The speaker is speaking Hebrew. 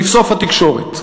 ולבסוף, התקשורת.